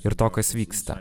ir to kas vyksta